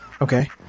Okay